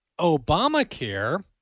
Obamacare